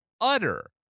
utter